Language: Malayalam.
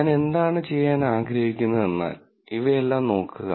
ഞാൻ എന്താണ് ചെയ്യാൻ ആഗ്രഹിക്കുന്നതെന്നാൽ ഇവയെല്ലാം നോക്കുക